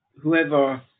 whoever